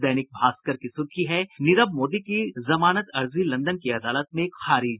दैनिक भास्कर की सुर्खी है नीरव मोदी की जमानत अर्जी लंदन की अदालत में खारिज